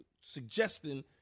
suggesting